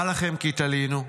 מה לכם כי תלינו?